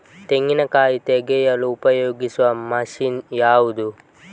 ತೆಂಗಿನಕಾಯಿ ತೆಗೆಯಲು ಉಪಯೋಗಿಸುವ ಮಷೀನ್ ಯಾವುದು?